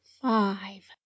five